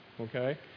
okay